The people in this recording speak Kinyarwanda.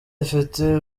ifite